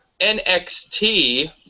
NXT